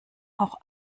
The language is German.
auch